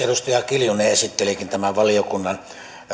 edustaja kiljunen esittelikin tämän valiokunnan